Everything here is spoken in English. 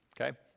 okay